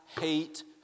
hate